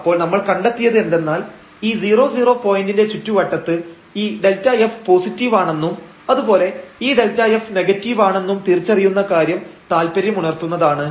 അപ്പോൾ നമ്മൾ കണ്ടെത്തിയത് എന്തെന്നാൽ ഈ 00 പോയന്റിന്റെ ചുറ്റുവട്ടത്ത് ഈ Δf പോസിറ്റീവാണെന്നും അതുപോലെ ഈ Δf നെഗറ്റീവ് ആണെന്നും തിരിച്ചറിയുന്ന കാര്യം താൽപര്യമുണർത്തുന്നതാണ്